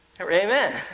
Amen